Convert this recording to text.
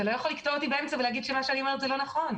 אתה לא יכול לקטוע אותי באמצע ולהגיד שמה שאני אומרת אינו נכון,